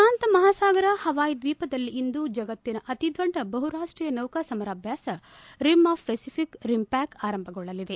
ಶಾಂತ ಮಹಾಸಾಗರದ ಹವಾಯ್ ದ್ವೀಪದಲ್ಲಿಂದು ಜಗತ್ತಿನ ಅತಿದೊಡ್ಡ ಬಹುರಾಷ್ಟೀಯ ನೌಕಾ ಸಮರಾಭ್ಯಾಸ ರಿಮ್ ಆಫ್ ಪೆಸಿಫಿಕ್ ರಿಮ್ಪ್ಲಾಕ್ ಆರಂಭಗೊಳ್ಳಲಿದೆ